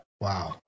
Wow